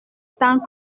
temps